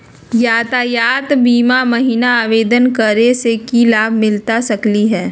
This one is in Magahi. यातायात बीमा महिना आवेदन करै स की लाभ मिलता सकली हे?